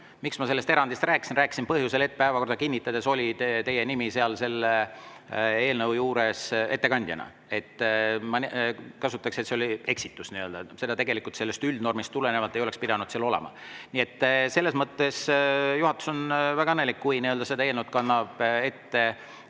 Miks ma sellest erandist rääkisin? Rääkisin põhjusel, et päevakorda kinnitades oli teie nimi seal eelnõu juures ettekandjana. Ma kasutaksin [sõna] "eksitus". Seda tegelikult üldnormist tulenevalt ei oleks pidanud seal olema. Nii et selles mõttes on juhatus väga õnnelik, kui seda eelnõu kannab ette